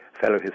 fellow